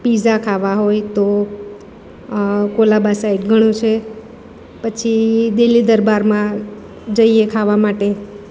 pizza ખાવા હોય તો કોલાબા સાઈડ ઘણું છે પછી દિલ્લી દરબારમાં જઈએ ખાવા માટે